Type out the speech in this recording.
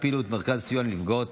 שאילתות דחופות.